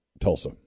Tulsa